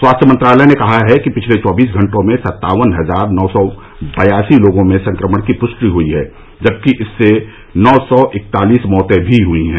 स्वास्थ्य मंत्रालय ने कहा है कि पिछले चौबीस घंटों में सत्तावन हजार नौ सौ बयासी लोगों में संक्रमण की पुष्टि हुई है जबकि इससे नौ सौ इकतालिस मौतें भी हुई हैं